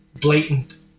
blatant